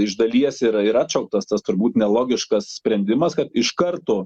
iš dalies ir ir atšauktas tas turbūt nelogiškas sprendimas kad iš karto